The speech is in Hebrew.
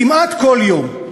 כמעט כל יום.